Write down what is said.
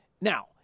Now